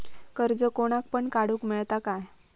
कर्ज कोणाक पण काडूक मेलता काय?